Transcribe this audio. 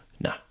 No